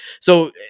So-